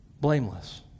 blameless